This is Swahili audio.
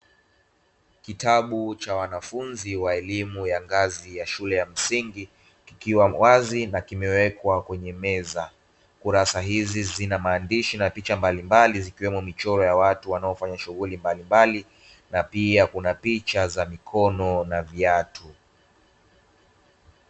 Kitabu cha wanafunzi wa elimu ya ngazi ya shule ya msingi kikiwa wazi na kimewekwa kwenye meza, kurasa hizi zina maandishi na picha mbalimbali zikiwemo michoro ya watu wanaofanya shughuli mbalimbali na pia kuna picha za mikono na viatu.